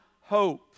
hope